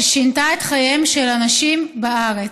ששינתה את חייהם של אנשים בארץ.